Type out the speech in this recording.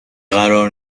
قرار